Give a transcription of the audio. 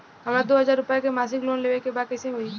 हमरा दो हज़ार रुपया के मासिक लोन लेवे के बा कइसे होई?